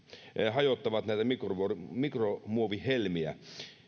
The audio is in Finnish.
hajottavat näitä mikromuovihelmiä